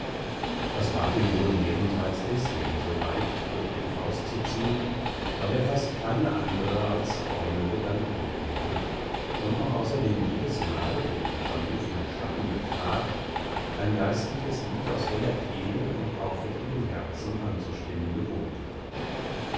es ward ihm wohl mehrenteils deswegen so leicht durch den forst zu ziehn weil er fast keine andre als fromme gedanken hegte und noch außerdem jedesmal wenn er die verrufenen schatten betrat ein geistliches lied aus heller kehle und aufrichtigem herzen anzustimmen gewohnt war